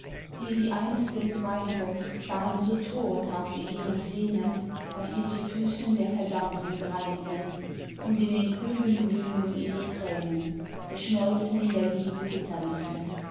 die sie einstens weinten waren so torenhaft in ihrem sehnen daß sie zu füßen der verdammten greinten und in den krügen glühn nun ihre tränen geschmolzen in der liebe